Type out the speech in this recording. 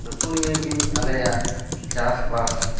ᱱᱩᱠᱩ ᱱᱤᱭᱮ ᱜᱮ ᱟᱞᱮᱭᱟᱜ ᱪᱟᱥᱵᱟᱥ